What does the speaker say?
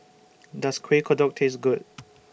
Does Kueh Kodok Taste Good